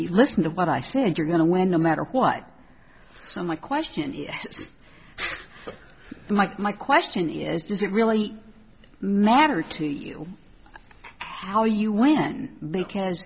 you listen to what i said you're going to win no matter what so my question is is mike my question is does it really matter to you how you win because